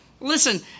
Listen